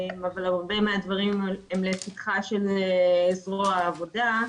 אבל הרבה מהדברים הם לפתחה של זרוע העבודה.